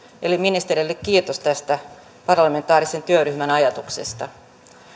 eli ministereille kiitos tästä parlamentaarisen työryhmän ajatuksesta